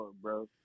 bro